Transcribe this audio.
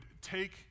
take